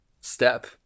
step